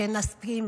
כן נסכים,